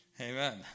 Amen